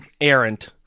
errant